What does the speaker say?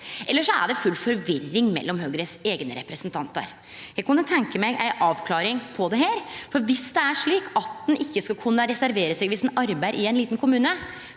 eller så er det full forvirring mellom Høgre sine eigne representantar. Eg kunne tenkje meg ei avklaring på dette, for viss det er slik at ein ikkje skal kunne reservere seg viss ein arbeider i ein liten kommune,